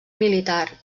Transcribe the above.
militar